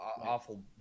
awful